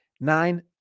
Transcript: Nine